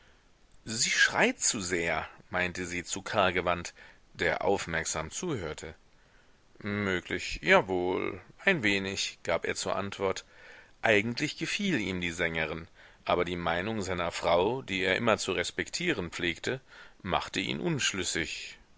sie schreit zu sehr meinte sie zu karl gewandt der aufmerksam zuhörte möglich jawohl ein wenig gab er zur antwort eigentlich gefiel ihm die sängerin aber die meinung seiner frau die er immer zu respektieren pflegte machte ihn unschlüssig